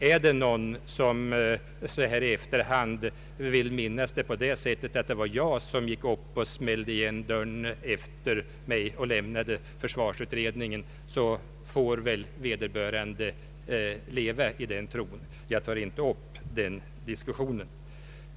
Är det någon som nu i efterhand vill minnas att det var jag som gick upp och smällde igen dörren efter mig och lämnade försvarsutredningen får väl vederbörande leva i den tron. Jag tar inte upp den diskussionen.